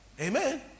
amen